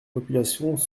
populations